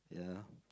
ya